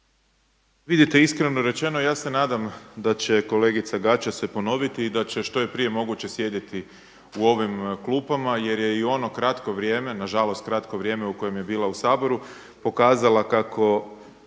Vidite iskreno rečeno ja se nadam da će kolegica Gaća se ponoviti i da će što je prije moguće sjediti u ovim klupama jer je i ono kratko vrijeme nažalost kratko vrijeme u kojem je bila u Saboru pokazala kako